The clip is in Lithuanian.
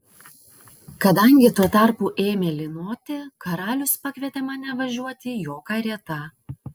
kadangi tuo tarpu ėmė lynoti karalius pakvietė mane važiuoti jo karieta